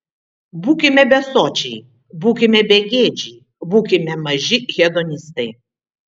būkime besočiai būkime begėdžiai būkime maži hedonistai